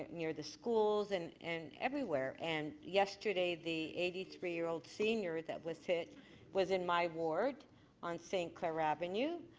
near the schools and and everywhere. and yesterday the eighty three year old senior that was hit was in my ward on st. clair avenue.